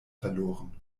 verloren